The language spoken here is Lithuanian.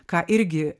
ką irgi